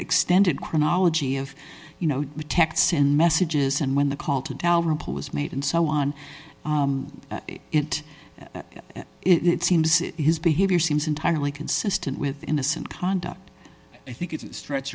extended chronology of you know protect send messages and when the call to dalrymple was made and so on it it seems it his behavior seems entirely consistent with innocent conduct i think it's a stretch